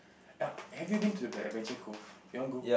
have you been to the Adventure Cove you want go